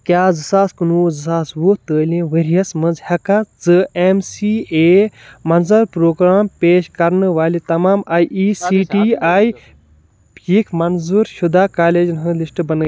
کیٛاہ زٕ ساس کُنوُہ زٕ ساس وُہ تعلیٖمی ؤرۍ یَس مَنٛزہیٚکھا ژٕ ایٚم سی اے مَنٛز پروگرام پیش کرنہٕ وٲلۍ تمام A I C T E یٕکۍ منظوٗر شُدٕ کالجن ہُنٛد لسٹ بنٲیِتھ؟